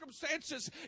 circumstances